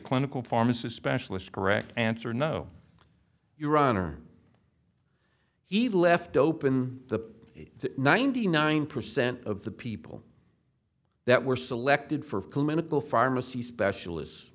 clinical pharmacist specialist correct answer no your honor he left open the ninety nine percent of the people that were selected for clinical pharmacy specialists